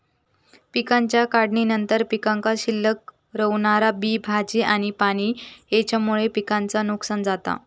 पिकाच्या काढणीनंतर पीकात शिल्लक रवणारा बी, भाजी आणि पाणी हेच्यामुळे पिकाचा नुकसान जाता